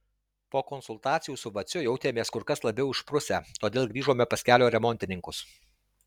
po konsultacijų su vaciu jautėmės kur kas labiau išprusę todėl grįžome pas kelio remontininkus